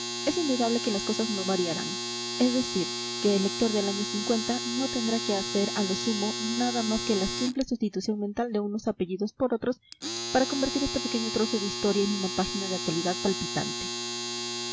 es indudable que las cosas no variarán es decir que el lector del año no tendrá que hacer a lo sumo nada más que la simple sustitución mental de unos apellidos por otros para convertir este pequeño trozo de historia en una página de actualidad palpitante